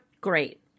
great